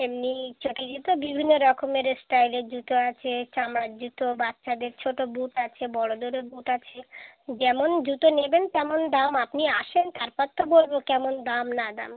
এমনি চটি জুতো বিভিন্ন রকমের স্টাইলের জুতো আছে চামড়ার জুতো বাচ্ছাদের ছোটো বুট আছে বড়োদেরও বুট আছে যেমন জুতো নেবেন তেমন দাম আপনি আসেন তারপর তো বলবো কেমন দাম না দাম